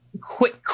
quick